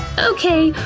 okay,